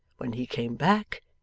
when he came back,